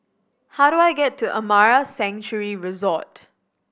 how do I get to Amara Sanctuary Resort